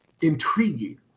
intriguing